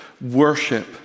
worship